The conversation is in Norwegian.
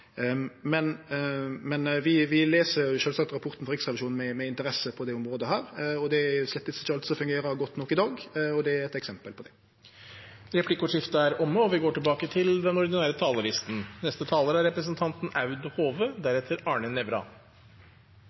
Men vi les sjølvsagt rapporten til Riksrevisjonen med interesse på dette området. Det er slett ikkje alt som fungerer godt nok i dag, og det er eit eksempel på det. Replikkordskiftet er omme. De talere som heretter får ordet, har også en taletid på inntil 3 minutter. Det er